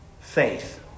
Faith